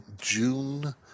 June